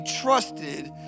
trusted